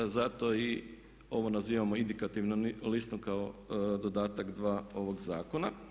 Zato i ovo nazivamo indikativnom listom kao dodatak 2. ovog zakona.